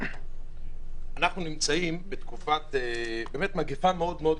אנחנו נמצאים בתקופה של מגפה מאוד לא